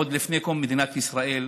עוד לפני קום מדינת ישראל,